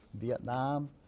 Vietnam